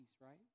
right